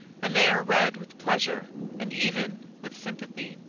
and they are read with pleasure and even with sympathy.